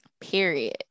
Period